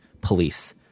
police